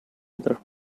other